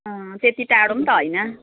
अँ त्यति टाढो पनि त होइन